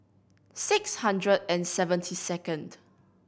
six hundred and seventy second